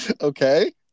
Okay